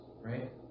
right